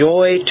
Joy